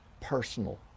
personal